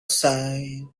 side